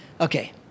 Okay